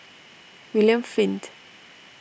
William Flint